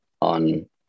on